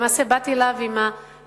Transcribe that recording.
למעשה באתי אליו עם הבעיה,